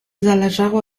zależało